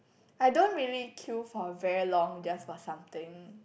I don't really queue for very long just for something